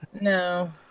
No